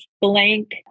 blank